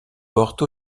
porte